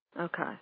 okay